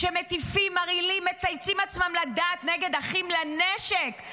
כשמטיפים מרעילים מצייצים עצמם לדעת נגד אחים לנשק,